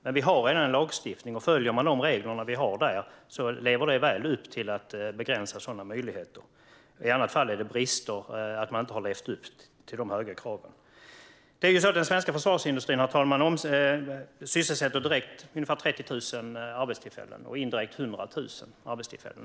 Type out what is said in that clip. Men vi har redan en lagstiftning, och följer man de regler vi har där så lever det väl upp till en begränsning av sådana möjligheter. I annat fall beror det på brister när det gäller att leva upp till de höga kraven. Den svenska försvarsindustrin, herr talman, ger direkt ungefär 30 000 arbetstillfällen och indirekt 100 000 arbetstillfällen.